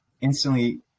instantly